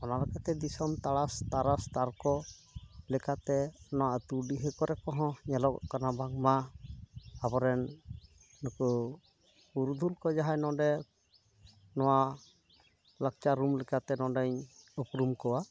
ᱚᱱᱟ ᱞᱮᱠᱟᱛᱮ ᱫᱤᱥᱚᱢ ᱛᱟᱨᱟᱥ ᱛᱟᱨᱠᱚ ᱞᱮᱠᱟᱛᱮ ᱱᱚᱣᱟ ᱟᱛᱩ ᱰᱤᱦᱟᱹᱛ ᱠᱚᱨᱮ ᱠᱚᱦᱚᱸ ᱧᱮᱞᱚᱜᱚᱜ ᱠᱟᱱᱟ ᱵᱟᱝᱢᱟ ᱟᱵᱚᱨᱮᱱ ᱱᱩᱠᱩ ᱯᱩᱨᱩᱫᱷᱩᱞ ᱠᱚ ᱡᱟᱦᱟᱸᱭ ᱱᱚᱸᱰᱮ ᱱᱚᱣᱟ ᱞᱟᱠᱪᱟᱨ ᱨᱩᱢ ᱞᱮᱠᱟᱛᱮ ᱱᱚᱸᱰᱮᱧ ᱩᱯᱨᱩᱢ ᱠᱚᱣᱟ